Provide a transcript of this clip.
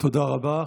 תודה רבה.